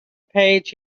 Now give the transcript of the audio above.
page